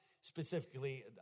specifically